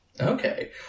Okay